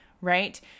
right